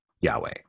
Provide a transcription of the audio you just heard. Yahweh